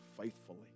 faithfully